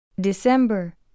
December